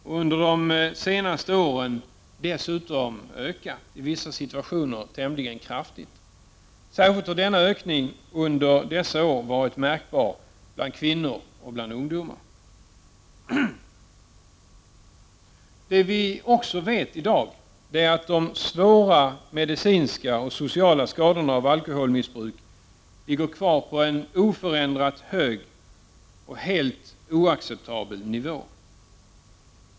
Dessutom har konsumtionen under de senaste åren ökat tämligen kraftigt i vissa fall. Denna ökning har under dessa år varit särskilt märkbar bland kvinnor och ungdomar. Det vi också vet i dag är att de svåra medicinska och sociala skadorna av alkoholmissbruk ligger kvar på en oförändrat hög och helt oacceptabel nivå.